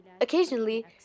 Occasionally